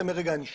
מהרגע של הנישוב,